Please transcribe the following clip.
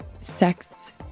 sex